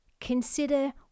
consider